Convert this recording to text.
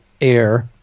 air